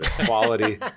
quality